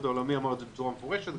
העולמי ואמר את זה בצורה מפורשת,